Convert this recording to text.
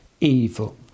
evil